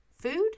Food